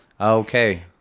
Okay